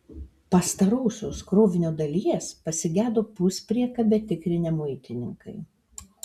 pastarosios krovinio dalies pasigedo puspriekabę tikrinę muitininkai